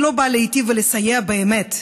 היא לא באה להיטיב ולסייע באמת.